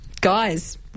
Guys